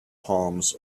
palms